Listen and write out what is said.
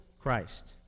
Christ